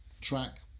track